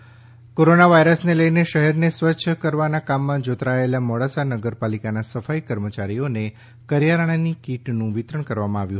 મોડાસા કિટનું વિતરણ કોરોના વાઈરસને લઇને શહેરને સ્વચ્છ કરવાના કામમાં જોતરાયેલા મોડાસા નગર પાલિકાના સફાઈ કર્મચારીઓને કરિયાણાની કિટનું વિતરણ કરવામાં આવ્યું